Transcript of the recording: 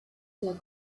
der